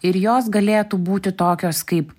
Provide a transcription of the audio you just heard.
ir jos galėtų būti tokios kaip